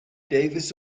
davis